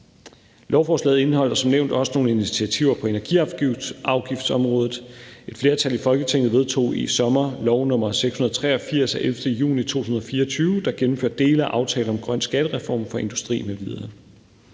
Lovforslaget indeholder som nævnt også nogle initiativer på energiafgiftsområdet. Et flertal i Folketinget vedtog i sommer lov nr. 683 af 11. juni 2024, der gennemfører dele af Aftale om en grøn skattereform for industrien m.v.